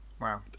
Wow